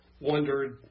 wondered